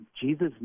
Jesus